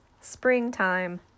Springtime